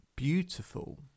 beautiful